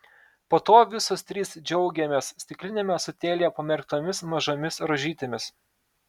po to visos trys džiaugiamės stikliniame ąsotėlyje pamerktomis mažomis rožytėmis